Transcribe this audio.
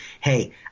hey